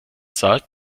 zahlt